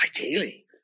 ideally